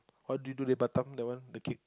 how do you do leh Batam that one the cake